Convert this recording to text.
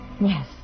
Yes